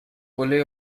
olé